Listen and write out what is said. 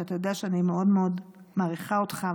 שאתה יודע שאני מאוד מאוד מעריכה אותך,